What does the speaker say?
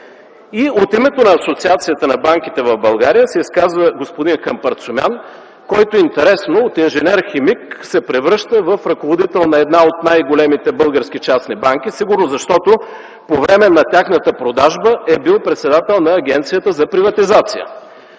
От името на Асоциацията на банките в България се изказва господин Хампарцумян, който, интересно, от инженер-химик се превръща в ръководител на една от най-големите български частни банки, сигурно защото по време на тяхната продажба е бил председател на Агенцията за приватизация.